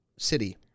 city